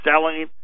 selling